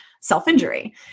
self-injury